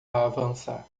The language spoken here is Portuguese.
avançar